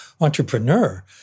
entrepreneur